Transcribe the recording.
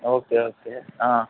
okay okay